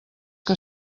que